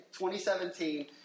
2017